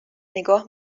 نگاه